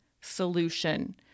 solution